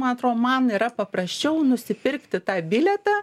man atrodo man yra paprasčiau nusipirkti tą bilietą